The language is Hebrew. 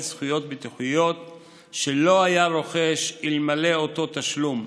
זכויות ביטוחיות שלא היה רוכש אלמלא אותו תשלום,